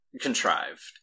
contrived